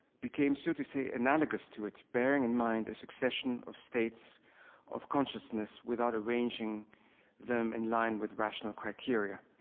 became so to say analogous to it, bearing in mind a succession of states of consciousness without arranging them in line with rational criteria.